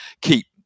keep